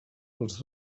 els